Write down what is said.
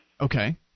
Okay